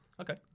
Okay